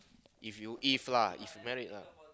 if you if lah if you married lah